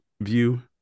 view